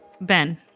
Ben